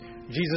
Jesus